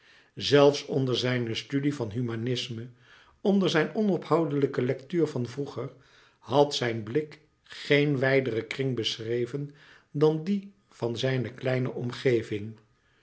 zelfs onder zijne studie van humanisme onder zijn onophoudelijke lectuur van vroeger had zijn blik geen wijderen kring beschreven dan dien van zijne kleine omgeving